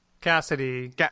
Cassidy